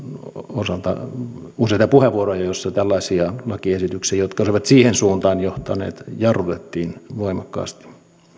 osalta useita puheenvuoroja joissa tällaisia lakiesityksiä jotka olisivat siihen suuntaan johtaneet jarrutettiin voimakkaasti